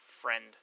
friend